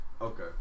Okay